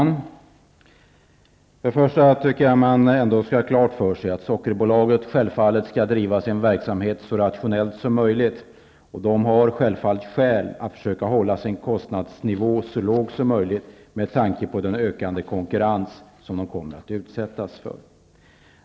Herr talman! Först tycker jag att man skall ha klart för sig att Sockerbolaget självfallet skall bedriva sin verksamhet så rationellt som möjligt. Bolaget har självfallet skäl att försöka hålla sin kostnadsnivå så låg som möjligt med tanke på den ökande konkurrens som det kommer att utsättas för.